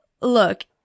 look